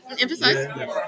Emphasize